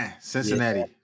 Cincinnati